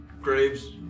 graves